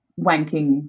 wanking